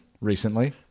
recently